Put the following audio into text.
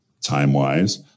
time-wise